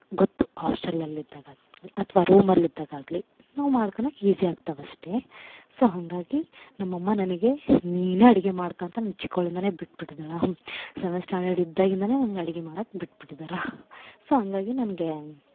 ಗೊತ್ತು ಹಾಸ್ಟಲಲ್ಲಿ ಇದ್ದಾಗಾಗಲಿ ಅಥ್ವ ರೂಮಲ್ಲಿ ಇದ್ದಾಗಾಗಲಿ ನಾವು ಮಾಡ್ಕೊಳಕ್ ಈಸಿ ಆಗ್ತವಷ್ಟೇ ಸೋ ಹಂಗಾಗಿ ನಮ್ಮಅಮ್ಮ ನನಗೆ ನೀನೆ ಅಡುಗೆ ಮಾಡ್ಕೊಂತ ಚಿಕ್ಕವಳಿಂದಾನೆ ಬಿಟ್ಟು ಬಿಟ್ಟಿದ್ದಾಳೆ ಸೆವೆಂತ್ ಸ್ಟ್ಯಾಂಡರ್ಡ್ ಇದ್ದಾಗಿಂದ ನನಗೆ ಅಡುಗೆ ಮಾಡೊಕ್ ಬಿಟ್ಟು ಬಿಟ್ಟಿದಾರೆ ಸೋ ಹಂಗಾಗಿ ನನಗೆ